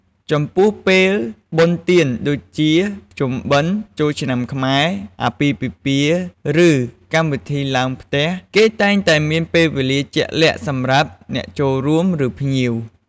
ចំំពោះពេល បុណ្យទានដូចជា ភ្ជុំបិណ្ឌ ចូលឆ្នាំខ្មែរ អាពាហ៍ពិពាហ៍ ឬ កម្មវិធីឡើងផ្ទះ គេតែងតែមានពេលវេលាជាក់លាក់សម្រាប់អ្នកចូលរួម ឬ ភ្ញៀវ។